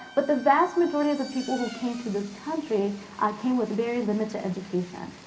but the vast majority of the people who came to this country came with very limited education.